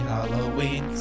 Halloween